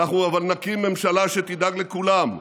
אבל אנחנו נקים ממשלה שתדאג לכולם,